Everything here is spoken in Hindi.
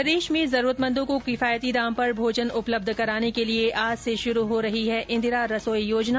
प्रदेश में जरूरतमंदों को किफायती दाम पर भोजन उपलब्ध कराने के लिए आज से शुरू हो रही है इंदिरा रसोई योजना